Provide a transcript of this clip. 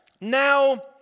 now